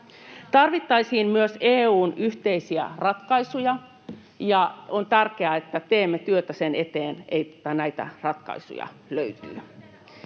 Tarvittaisiin myös EU:n yhteisiä ratkaisuja, ja on tärkeää, että teemme työtä sen eteen, että näitä ratkaisuja löytyy.